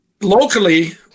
locally